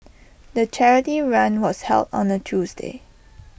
the charity run was held on A Tuesday